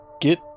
Get